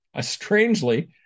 strangely